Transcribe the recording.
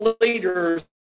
leaders